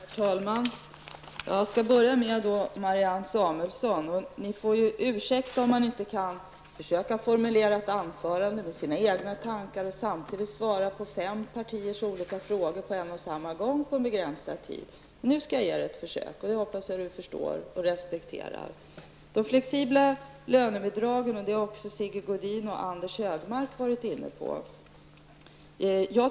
Herr talman! Jag skall börja med att vända mig till Marianne Samuelsson. Ni får ursäkta att jag inte kan formulera ett anförande med egna tankar och samtidigt svara på olika frågor från fem partier på en och samma gång på en begränsad tid. Nu skall jag göra ett försök, och det hoppas jag att Marianne Samuelsson förstår och respekterar. Också Sigge Godin och Anders G Högmark har varit inne på frågan om de flexibla lönebidragen.